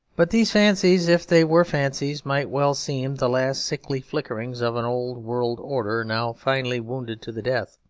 but these fancies, if they were fancies, might well seem the last sickly flickerings of an old-world order now finally wounded to the death.